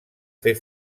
fer